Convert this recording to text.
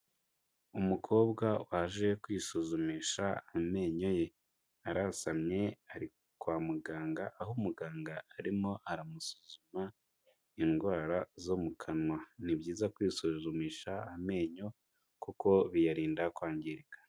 Umukobwa waje kwisuzumisha amenyo ye, arasamye ari kwa muganga aho umuganga arimo aramuzuma indwara zo mu kanwa. Ni byiza kwisuzumisha amenyo kuko biyarinda kwangirika.